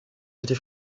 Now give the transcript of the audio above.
invité